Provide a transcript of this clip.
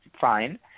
fine